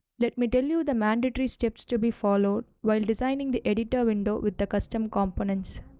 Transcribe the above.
let me tell you the mandatory steps to be followed while designing the editor window with the custom components.